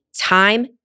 time